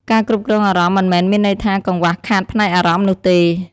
ការគ្រប់គ្រងអារម្មណ៍៍មិនមែនមានន័យថា កង្វះខាតផ្នែកអារម្មណ៍នោះទេ។